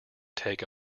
take